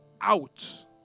out